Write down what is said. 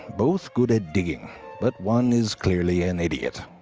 both good at digging but one is clearly an idiot.